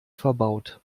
verbaut